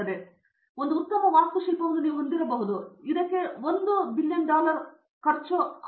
ಆದ್ದರಿಂದ ಒಂದು ಉತ್ತಮ ವಾಸ್ತುಶಿಲ್ಪವನ್ನು ಹೊಂದಿರಬಹುದು ಆದರೆ ಇದು ವೆಚ್ಚವಾಗಲಿದ್ದು 1 ಬಿಲಿಯನ್ ಡಾಲರ್ಗೆ ಬಹುಶಃ 1 ಸಹ ಅದನ್ನು ಖರೀದಿಸುತ್ತದೆ